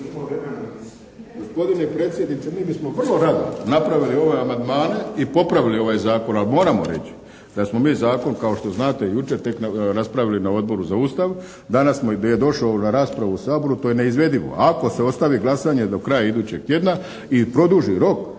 Gospodine predsjedniče, mi bismo vrlo rado napravili amandmane i popravili ovaj Zakon, ali moramo reći da smo mi zakon kao što znate jučer tek raspravili na Odboru za Ustav, danas je došao na raspravu u Saboru, to je neizvedvivo. Ako se ostavi glasanje do kraja idućeg tjedna i produži rok,